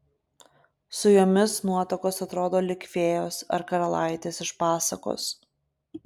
su jomis nuotakos atrodo lyg fėjos ar karalaitės iš pasakos